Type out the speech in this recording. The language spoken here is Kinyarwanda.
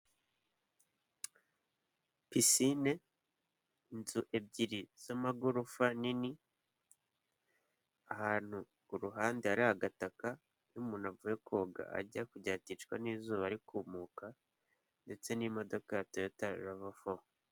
Pisine, inzu ebyiri z'amagorofa nini, ahantu ku ruhande hari agataka iyo umuntu avuye koga ajya kugira ngo aticwa n'izuba ari kumuka ndetse n'imodoka ya Toyota Rava fo.